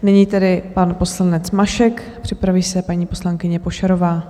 Nyní tedy pan poslanec Mašek, připraví se paní poslankyně Pošarová.